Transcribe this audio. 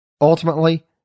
Ultimately